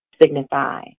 signify